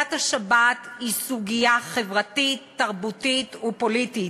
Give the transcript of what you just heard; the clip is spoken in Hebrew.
סוגיית השבת היא סוגיה חברתית, תרבותית ופוליטית,